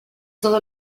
todo